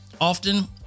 often